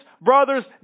brothers